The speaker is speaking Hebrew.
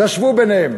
תשוו ביניהם.